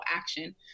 action